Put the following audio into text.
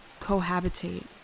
cohabitate